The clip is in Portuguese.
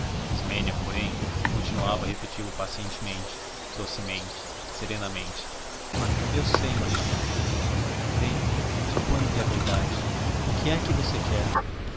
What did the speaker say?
ismêndia porém continuava a repeti lo pacientemente docemente serenamente eu sei mamãe bem suponho que é verdade o que é que você quer